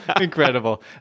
Incredible